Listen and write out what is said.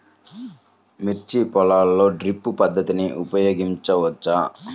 మిర్చి పొలంలో డ్రిప్ పద్ధతిని ఉపయోగించవచ్చా?